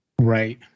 Right